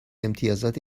امتیازات